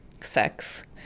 sex